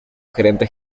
gerente